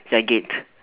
ya gate